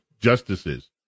justices